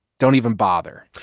don't even bother?